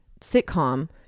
sitcom